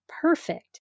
perfect